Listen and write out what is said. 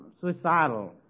suicidal